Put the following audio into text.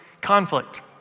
conflict